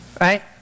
Right